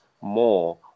more